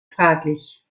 fraglich